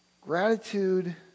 Gratitude